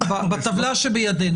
בטבלה שבידינו.